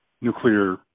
nuclear